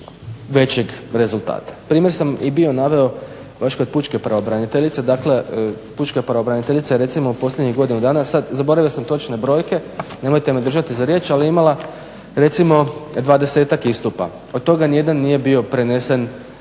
većeg rezultata. Primjer sam i bio naveo još kod pučke pravobraniteljice, dakle pučka pravobraniteljica recimo u posljednjih godinu dana, sad zaboravio sam točne brojke, nemojte me držati za riječ, ali je imala recimo 20-ak istupa, od toga nijedan nije bio prenesen